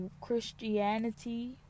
Christianity